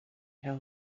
help